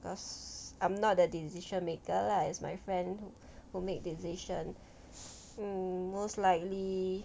cause I'm not the decision maker lah is my friend who make decision mm most likely